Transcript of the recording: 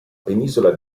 penisola